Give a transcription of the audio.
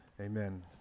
Amen